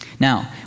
Now